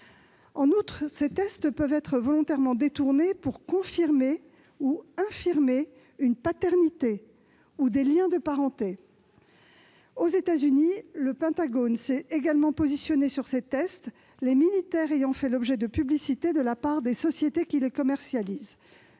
En outre, ces tests peuvent être volontairement détournés pour confirmer ou infirmer une paternité ou des liens de parenté. Aux États-Unis, le Pentagone a également pris position sur ces tests, les militaires ayant fait l'objet de publicité de la part des sociétés qui les commercialisent.